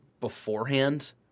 beforehand